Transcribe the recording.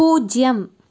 பூஜ்ஜியம்